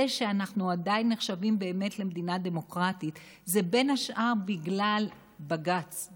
זה שאנחנו עדיין נחשבים באמת למדינה דמוקרטית זה בין השאר בגלל בג"ץ,